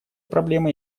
проблема